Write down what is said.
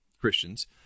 Christians